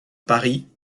paris